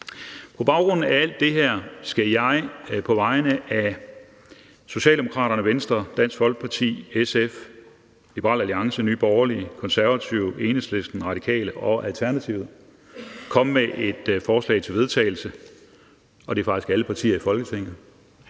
På baggrund af alt det her skal jeg på vegne af Socialdemokraterne, Venstre, Dansk Folkeparti, SF, Liberal Alliance, Nye Borgerlige, Konservative, Enhedslisten, Radikale og Alternativet fremsætte følgende forslag til vedtagelse, og det er faktisk alle partier i Folketinget,